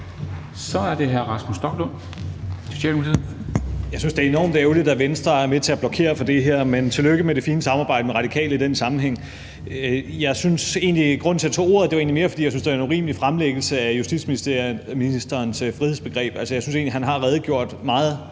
Kl. 10:47 Rasmus Stoklund (S): Jeg synes, det er enormt ærgerligt, at Venstre er med til at blokere for det her, men tillykke med det fine samarbejde med Radikale i den sammenhæng. Grunden til, at jeg tog ordet, er egentlig mere, at jeg synes, at det var en urimelig fremlæggelse af justitsministerens frihedsbegreb. Jeg synes egentlig, han i flere